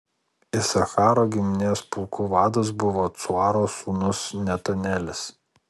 isacharo giminės pulkų vadas buvo cuaro sūnus netanelis